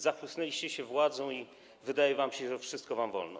Zachłysnęliście się władzą i wydaje wam się, że wszystko wam wolno.